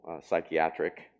psychiatric